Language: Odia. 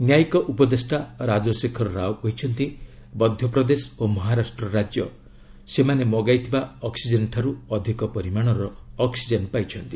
ନ୍ୟାୟିକ ଉପଦେଷ୍ଟା ରାଜ୍ଚଶେଖର ରାଓ କହିଛନ୍ତି ମଧ୍ୟପ୍ରଦେଶ ଓ ମହାରାଷ୍ଟ୍ର ରାଜ୍ୟ ସେମାନେ ମଗାଇଥିବା ଅକ୍ସିଜେନ୍ଠାରୁ ଅଧିକ ପରିମାଣର ଅକ୍ଟିଜେନ୍ ପାଇଛନ୍ତି